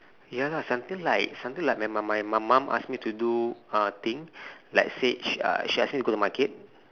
ya lah something like something like my my my mum ask me to do thing like say she uh she ask me to go to market